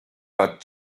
but